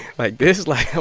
like, this, like i'm